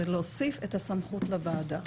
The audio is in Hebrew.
של להוסיף את הסמכות לוועדה.